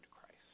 Christ